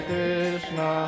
Krishna